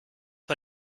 bei